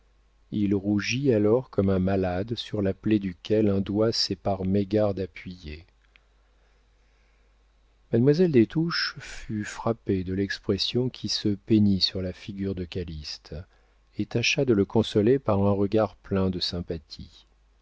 il rougit alors comme un malade sur la plaie duquel un doigt s'est par mégarde appuyé mademoiselle des touches fut frappée de l'expression qui se peignit sur la figure de calyste et tâcha de le consoler par un regard plein de sympathie